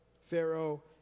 Pharaoh